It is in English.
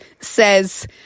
says